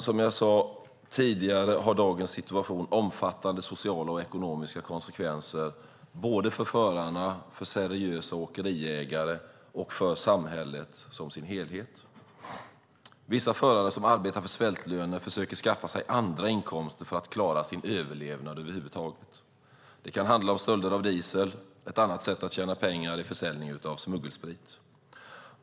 Som jag sade tidigare har dagens situation omfattande sociala och ekonomiska konsekvenser för förarna, för seriösa åkeriägare och för samhället i sin helhet. Vissa förare som arbetar för svältlöner försöker skaffa sig andra inkomster för att klara sin överlevnad. Det kan till exempel handla om stölder av diesel. Ett annat sätt att tjäna pengar är försäljning av smuggelsprit.